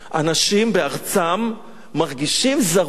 אנשים בארצם מרגישים זרות.